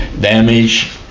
damage